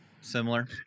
similar